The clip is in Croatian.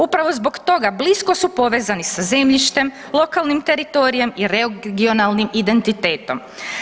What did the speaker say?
Upravo zbog toga blisko su povezani sa zemljištem, lokalnim teritorijem i regionalnim identitetom.